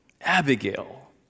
Abigail